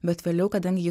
bet vėliau kadangi ji